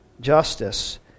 justice